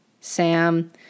Sam